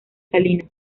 salinas